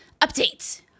update